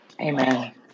Amen